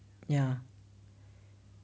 ya